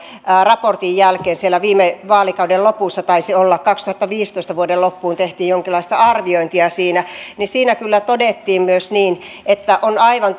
raportin jälkeen sieltä viime vaalikauden lopulta taisi olla että vuoden kaksituhattaviisitoista asti loppuun tehtiin jonkinlaista arviointia siitä niin siinä kyllä todettiin myös niin että on aivan